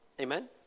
Amen